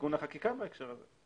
תיקון החקיקה בהקשר הזה.